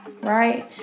right